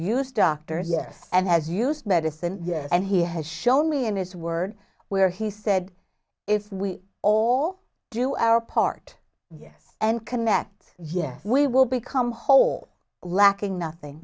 used doctors yes and has used medicine yes and he has shown me in his word where he said if we all do our part yes and connect yes we will become whole lacking nothing